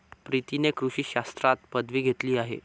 प्रीतीने कृषी शास्त्रात पदवी घेतली आहे